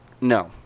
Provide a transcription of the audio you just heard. No